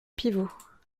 pivot